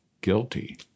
guilty